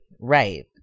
right